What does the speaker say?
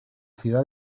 ciudad